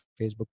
Facebook